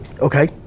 Okay